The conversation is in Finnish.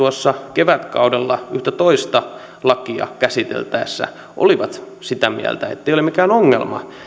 kevätkaudella yhtä toista lakia käsiteltäessä olivat sitä mieltä ettei ole mikään ongelma